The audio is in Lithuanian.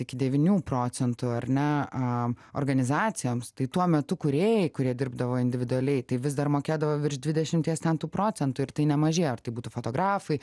iki devynių procentų ar ne a organizacijoms tai tuo metu kūrėjai kurie dirbdavo individualiai tai vis dar mokėdavo virš dvidešimties centų procentų ir tai nemažėja ar tai būtų fotografai